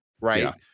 Right